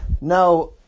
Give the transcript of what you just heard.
Now